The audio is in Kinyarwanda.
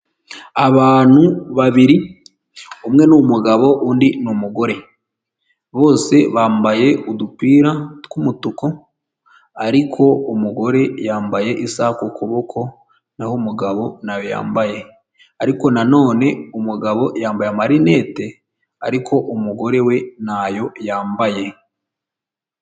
Abantu babiri umwe ni umugabo undi n'umugore bose bambaye udupira tw'umutuku ariko umugore yambaye isaaha ku kuboko naho umugabo yambaye ariko nanone umugabo yambaye amarinete ariko umugore we ntayo yambaye.